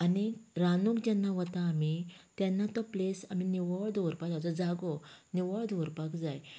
आनी रांदूंक जेन्ना वतात आमी तेन्ना तो प्लेस आमी निवळ दवरपाक जाय जो जागो निवळ दवरपाक जाय